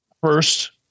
First